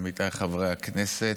עמיתיי חברי הכנסת,